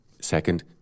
Second